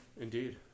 Indeed